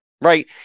right